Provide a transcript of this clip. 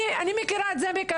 אני מכירה את זה מקרוב.